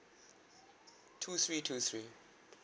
two three two three